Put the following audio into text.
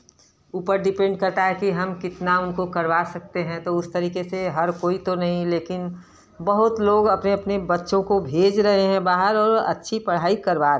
ऊपर डिपेंड करता है कि हम कितना उनको करवा सकते हैं तो उसे तरीके से हर कोई तो नहीं लेकिन बहुत लोग अपने बच्चों को भेज रहे हैं बाहर और अच्छी पढ़ाई करवा रहे हैं